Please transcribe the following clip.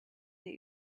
that